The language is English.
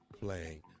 playing